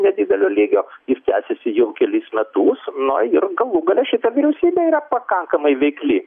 nedidelio lygio jis tęsiasi jau kelis metus na ir galų gale šita vyriausybė yra pakankamai veikli